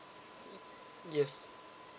yes